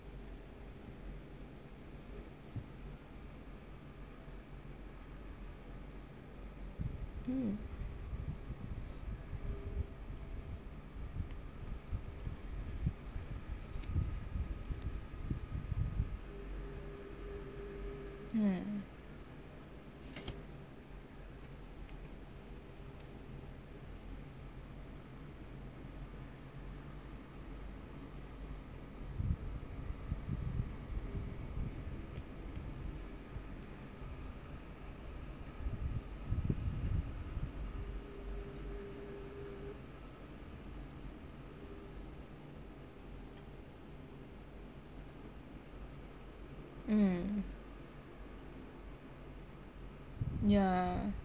mm mm mm yah